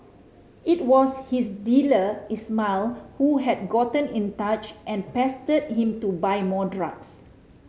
it was his dealer Ismail who had gotten in touch and pestered him to buy more drugs